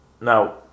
Now